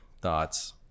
thoughts